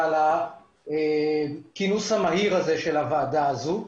מיקי על הכינוס המהיר של הוועדה הזו.